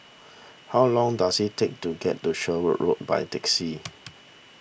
how long does it take to get to Sherwood Road by taxi